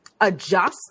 adjust